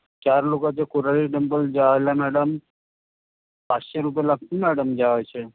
चार लोकाचे कोराडी टेम्पल जायला मॅडम पाचशे रुपये लागतील मॅडम जायचे